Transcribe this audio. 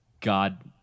God